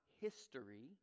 history